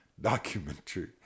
documentary